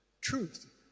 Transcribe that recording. Truth